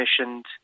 commissioned